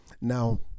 Now